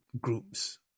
groups